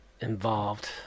involved